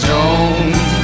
Jones